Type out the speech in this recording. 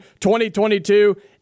2022